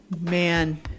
Man